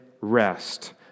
rest